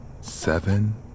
seven